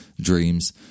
dreams